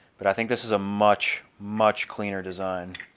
but i think this is a much much cleaner design